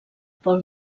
pol